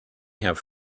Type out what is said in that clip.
have